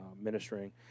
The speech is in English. ministering